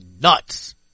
nuts